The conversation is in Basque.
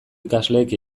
ikasleek